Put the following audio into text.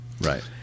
Right